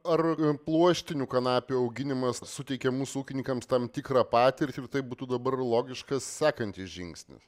ar pluoštinių kanapių auginimas suteikia mūsų ūkininkams tam tikrą patirtį tai būtų dabar logiškas sekantis žingsnis